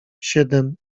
siedem